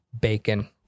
bacon